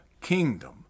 kingdom